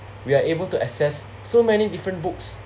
we are able to access so many different books